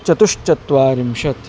चतुश्चत्वारिंशत्